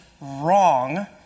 wrong